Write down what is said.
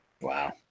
Wow